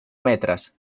metres